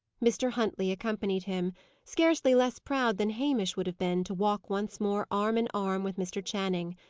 mr. huntley accompanied him scarcely less proud than hamish would have been, to walk once more arm in arm with mr. channing.